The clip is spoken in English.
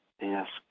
ask